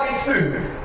food